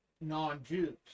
non-Jews